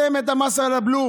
הלב.